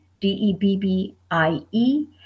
D-E-B-B-I-E